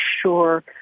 sure